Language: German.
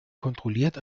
kontrolliert